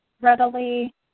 readily